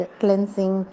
cleansing